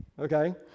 Okay